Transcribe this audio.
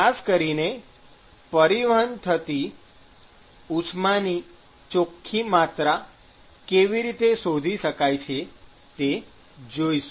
ખાસ કરીને પરિવહન થતી ઉષ્માની ચોખ્ખી માત્રા કેવી રીતે શોધી શકાય તે જોઈશું